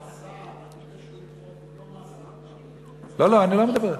המאסר על תשלום חוב הוא לא מאסר פלילי,